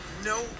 no